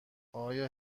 آیا